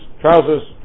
trousers